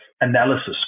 analysis